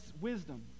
wisdom